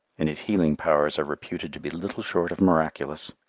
and his healing powers are reputed to be little short of miraculous.